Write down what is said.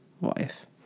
wife